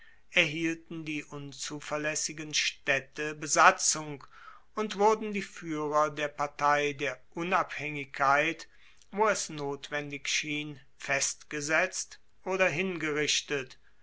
erhielten die unzuverlaessigen staedte besatzung und wurden die fuehrer der partei der unabhaengigkeit wo es notwendig schien festgesetzt oder hingerichtet